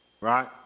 right